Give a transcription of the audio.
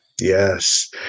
Yes